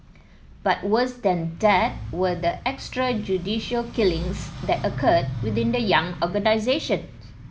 but worse than that were the extrajudicial killings that occurred within the young organisation